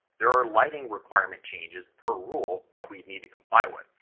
there are lighting requirement changes per rule, that we need to comply with.